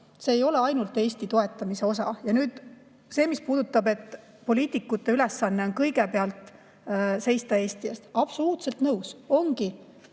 see ei ole ainult Eesti toetamise osa. Nüüd see, mis puudutab seda, et poliitikute ülesanne on kõigepealt seista Eesti eest. Absoluutselt nõus, ongi.